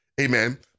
Amen